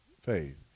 faith